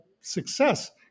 success